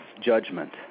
judgment